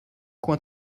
coin